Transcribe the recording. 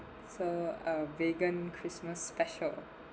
so uh vegan christmas special